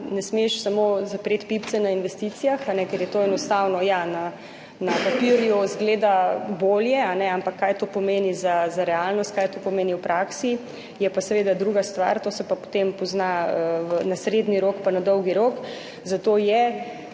ne smeš samo zapreti pipce na investicijah, ker je to enostavno, ja, na papirju izgleda bolje, ampak kaj to pomeni za realnost, kaj to pomeni v praksi, je pa seveda druga stvar, to se pa potem pozna na srednji rok, pa na dolgi rok, zato je